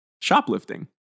shoplifting